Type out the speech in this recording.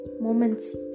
moments